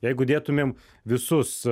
jeigu dėtumėm visus